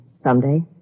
someday